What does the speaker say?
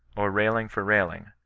or railing for railing,